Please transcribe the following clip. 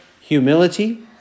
humility